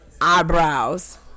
eyebrows